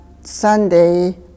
Sunday